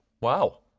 Wow